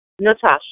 Natasha